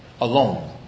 alone